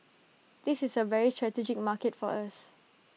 this is A very strategic market for us